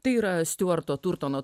tai yra stiuarto turtono